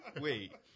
wait